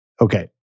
Okay